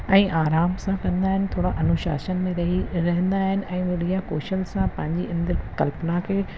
ऐं आराम सां कंदा आहिनि थोरा अनुशासन में रही रहंदा आहिनि ऐं बढ़िया कोशंस मां पंहिंजी अंदरि कल्पना खे